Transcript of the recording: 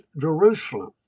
Jerusalem